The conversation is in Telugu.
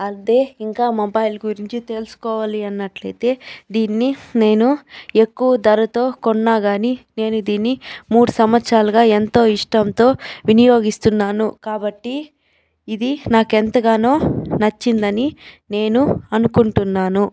అంతే ఇంకా మొబైల్ గురించి తెలుసుకోవాలి అన్నట్లయితే దీనిని నేను ఎక్కువ ధరతో కొన్నాకాని నేను దీన్ని మూడు సంవత్సరాలుగా ఎంతో ఇష్టంతో వినియోగిస్తున్నాను కాబట్టి ఇది నాకెంతగానో నచ్చిందని నేను అనుకుంటున్నాను